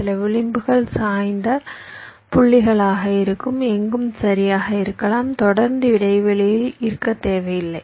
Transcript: சில விளிம்புகள் சாய்ந்த புள்ளிகளாக இருக்கும் எங்கும் சரியாக இருக்கலாம் தொடர்ந்து இடைவெளியில் இருக்க தேவையில்லை